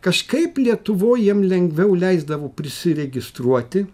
kažkaip lietuvoj jiem lengviau leisdavo prisiregistruoti